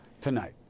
tonight